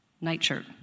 nightshirt